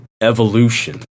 evolution